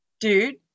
dude